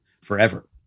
forever